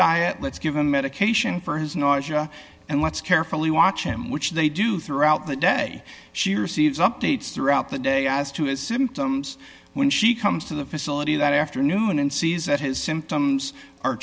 diet let's give him medication for his nausea and let's carefully watch him which they do throughout the day she receives updates throughout the day as to his symptoms when she comes to the facility that afternoon and sees that his symptoms